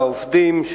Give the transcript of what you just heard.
לעובדים המכובדים,